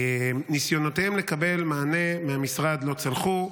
ניסיונותיהם לקבל מענה מהמשרד לא צלחו.